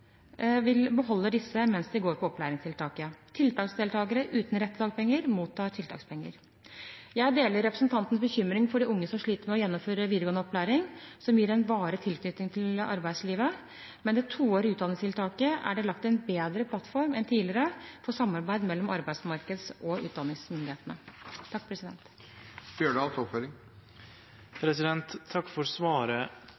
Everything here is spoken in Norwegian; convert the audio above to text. vil beholde disse mens de går på opplæringstiltaket. Tiltaksdeltakere uten rett til dagpenger mottar tiltakspenger. Jeg deler representantens bekymring for de unge som sliter med å gjennomføre videregående opplæring, som gir en varig tilknytning til arbeidslivet. Med det toårige utdanningstiltaket er det lagt en bedre plattform enn tidligere for samarbeid mellom arbeidsmarkeds- og utdanningsmyndighetene. Takk